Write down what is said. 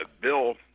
Bill